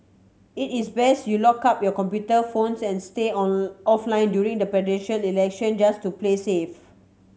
it is best you locked up your computer phones and stay on offline during the Presidential Election just to play safe